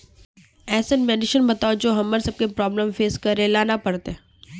ऐसन मेडिसिन बताओ जो हम्मर सबके प्रॉब्लम फेस करे ला ना पड़ते?